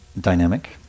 dynamic